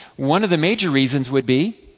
one of the major reasons would be,